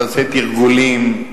תעשה תרגולים,